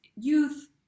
youth